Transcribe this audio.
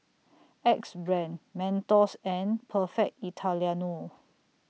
Axe Brand Mentos and Perfect Italiano